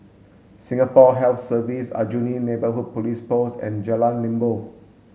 Singapore Health Services Aljunied Neighbourhood Police Post and Jalan Limbok